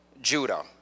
Judah